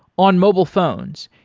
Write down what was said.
on mobile phones,